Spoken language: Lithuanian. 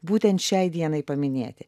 būtent šiai dienai paminėti